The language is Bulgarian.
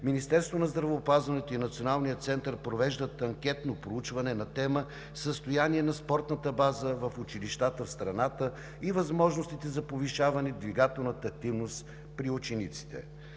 по обществено здраве и анализи провеждат анкетно проучване на тема „Състояние на спортната база в училищата в страната и възможностите за повишаване на двигателната активност при учениците“.